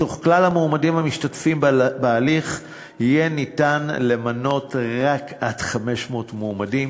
מתוך כלל המועמדים המשתתפים בהליך יהיה ניתן למנות רק עד 500 מועמדים,